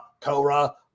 Kora